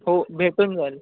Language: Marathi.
हो भेटून जाईल